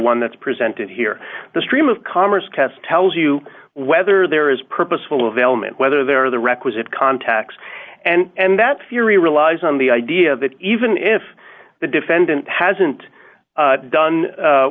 one that's presented here the stream of commerce test tells you whether there is purposeful of ailment whether there are the requisite contacts and that theory relies on the idea that even if the defendant hasn't done